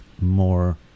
more